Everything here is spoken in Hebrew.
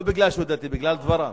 לא בגלל שהוא דתי, בגלל דבריו.